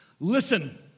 Listen